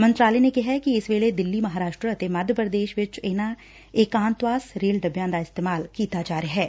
ਮੰਤਰਾਲੇ ਨੇ ਕਿਹਾ ਕਿ ਇਸ ਵੇਲੇ ਦਿੱਲੀ ਮਹਾਰਾਸਟਰ ਅਤੇ ਮੱਧ ਪ੍ਰਦੇਸ਼ ਵਿਚ ਇਨੂਾਂ ਏਕਾਂਤਵਾਸ ਰੇਲ ਡੱਬਿਆਂ ਦਾ ਇਸਤੇਮਾਲ ਕੀਤਾ ਜਾ ਰਿਹੈ